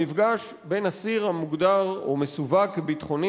המפגש בין אסיר המוגדר או מסווג כביטחוני